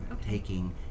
Taking